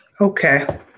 Okay